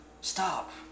stop